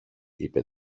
είπε